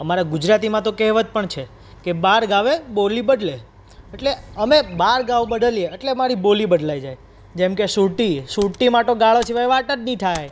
અમારા ગુજરાતીમાં તો કહેવત પણ છે કે બાર ગાઉએ બોલી બદલે એટલે અમે બાર ગાઉં બદલીએ અટલે અમારી બોલી બદલાઈ જાય જેમકે સુરતી સુરતીમાં તો ગાળો સિવાય વાત જ નહીં થાય